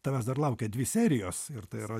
tavęs dar laukia dvi serijos ir tai yra